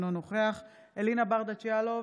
אינו נוכח אלינה ברדץ' יאלוב,